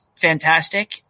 fantastic